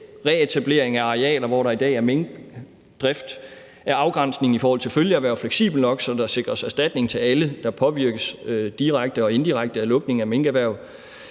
reetablering af arealer, hvor der i dag er minkdrift; om afgrænsningen i forhold til følgeerhverv er fleksibel nok, så der sikres erstatning til alle, der påvirkes direkte og indirekte af lukningen af minkerhvervet.